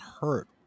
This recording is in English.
hurt